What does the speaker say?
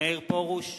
מאיר פרוש,